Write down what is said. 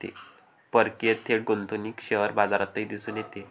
परकीय थेट गुंतवणूक शेअर बाजारातही दिसून येते